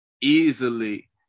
easily